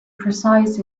precise